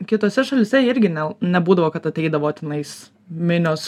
kitose šalyse irgi ne nebūdavo kad ateidavo tenais minios